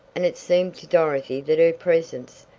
and it seemed to dorothy that her presence,